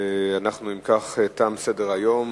אם כך, תם סדר-היום.